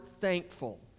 thankful